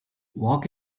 walk